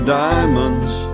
diamonds